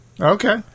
Okay